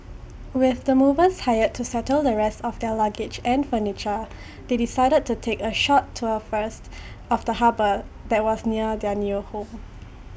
with the movers hired to settle the rest of their luggage and furniture they decided to take A short tour first of the harbour that was near their new home